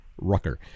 Rucker